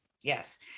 yes